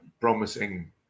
promising